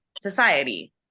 Society